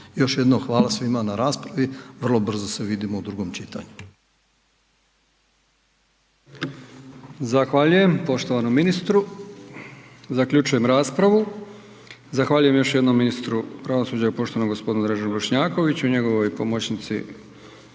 Još jednom hvala svima na raspravi, vrlo brzo se vidimo u drugom čitanju.